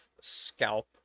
scalp